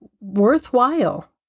worthwhile